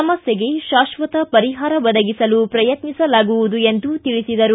ಸಮಸ್ಯೆಗೆ ಶಾಕ್ಷಕ ಪರಿಹಾರ ಒದಗಿಸಲು ಪ್ರಯಕ್ನಿಸಲಾಗುವುದು ಎಂದು ತಿಳಿಸಿದರು